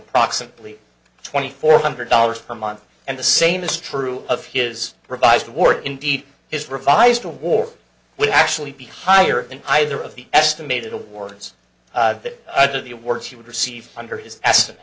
approximately twenty four hundred dollars per month and the same is true of his revised war indeed his revised the war would actually be higher than either of the estimated awards that of the awards he would receive under his as